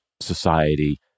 society